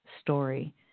story